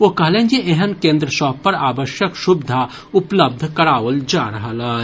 ओ कहलनि जे एहन केन्द्र सभ पर आवश्यक सुविधा उपलब्ध कराओल जा रहल अछि